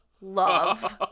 love